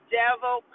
devil